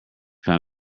kind